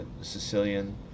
Sicilian